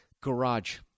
garage